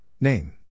Name